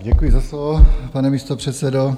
Děkuji za slovo, pane místopředsedo.